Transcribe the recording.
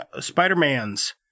Spider-Man's